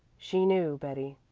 she knew, betty,